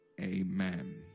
Amen